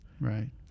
Right